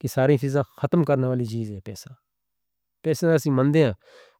کہ ساری فضا ختم کرنے والی چیز ہے پیسہ۔ پیسے سے ہم مان دے ہیں۔